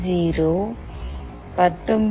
20 19